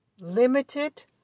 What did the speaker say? Limited